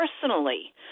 personally